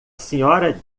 sra